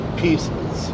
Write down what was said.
pieces